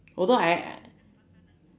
although I